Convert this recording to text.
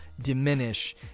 diminish